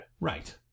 Right